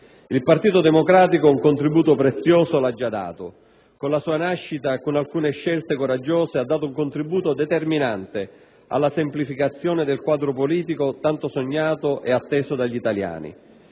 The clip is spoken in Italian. Il Partito Democratico un contributo prezioso l'ha già dato. Con la sua nascita e con alcune scelte coraggiose ha dato un contributo determinante alla semplificazione del quadro politico tanto sognato e atteso dagli italiani.